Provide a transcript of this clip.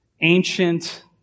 ancient